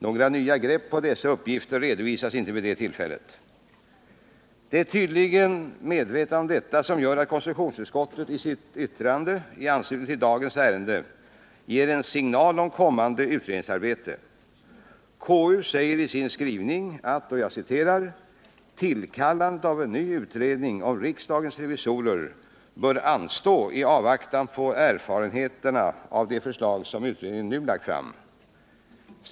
Några nya grepp på dessa uppgifter redovisades inte vid det tillfället. Det är tydligen medvetandet om detta som gör att konstitutionsutskottet i sitt yttrande i anslutning till dagens ärende ger en signal om kommande utredningsarbete. KU säger i sin skrivning att ”tillkallande av en ny utredning om riksdagens revisorer bör anstå i avvaktan på erfarenheterna av de förslag som utredningen nu lagt fram”.